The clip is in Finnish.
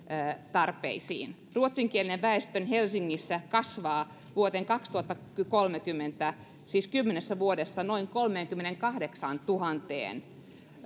tarpeisiin ruotsinkielinen väestö helsingissä kasvaa vuoteen kaksituhattakolmekymmentä siis kymmenessä vuodessa noin kolmeenkymmeneenkahdeksaantuhanteen